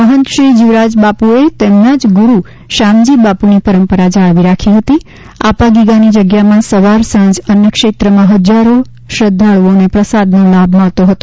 મહંત શ્રી જીવરાજબાપુએ તેમના જ ગુરૂ શામજી બાપુની પરંપરા જાળવી રાખીને આપાગીગાની જગ્યામાં સવાર સાંજ અન્નક્ષેત્રમાં હજારો શ્રદ્ધાળુઓને પ્રસાદનો લાભ મળતો હતો